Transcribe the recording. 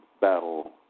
battle